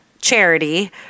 Charity